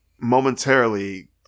momentarily